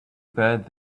bad